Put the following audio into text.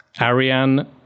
Ariane